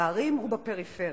בערים ובפריפריה.